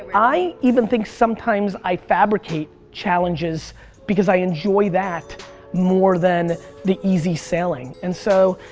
i even think sometimes i fabricate challenges because i enjoy that more than the easy sailing. and so,